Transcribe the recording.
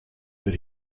that